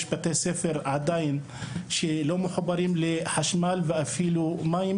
בתי ספר שלא מחוברים לחשמל ואפילו לא למים.